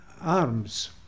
arms